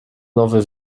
nowy